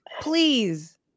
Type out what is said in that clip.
please